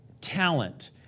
talent